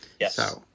Yes